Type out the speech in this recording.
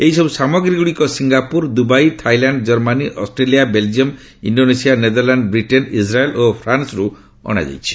ଏହିସବୁ ସାମଗ୍ରୀଗୁଡ଼ିକ Singapore Dubai Thailand Germany Australia Belgium Indonesia Netherlands Britain Israel ଓ ଫ୍ରାନ୍ସରୁ ଅଣାଯାଇଛି